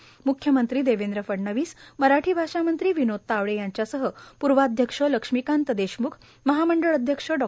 म्ख्यमंत्री देवेंद्र फडणवीस मराठी भाषामंत्री विनोद तावडे यांच्यासह पूर्वाध्यक्ष लक्ष्मीकांत देशमुख महामंडळ अध्यक्ष डॉ